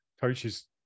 coaches